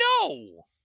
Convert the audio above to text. no